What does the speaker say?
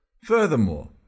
Furthermore